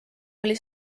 oli